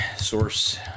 Source